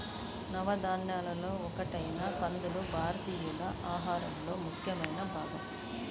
నవధాన్యాలలో ఒకటైన కందులు భారతీయుల ఆహారంలో ముఖ్యమైన భాగం